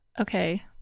Okay